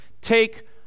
take